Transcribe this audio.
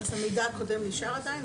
אז המידע הקודם נשאר עדיין?